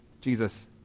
Jesus